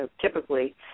typically